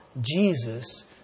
Jesus